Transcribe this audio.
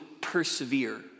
persevere